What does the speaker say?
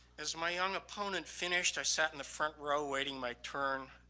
as my young opponent finished, i sat in the front row waiting my turn,